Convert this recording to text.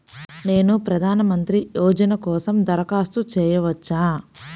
నేను ప్రధాన మంత్రి యోజన కోసం దరఖాస్తు చేయవచ్చా?